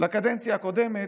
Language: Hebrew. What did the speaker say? לקדנציה הקודמת,